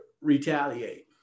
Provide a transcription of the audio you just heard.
retaliate